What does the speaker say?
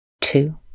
two